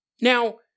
Now